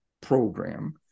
program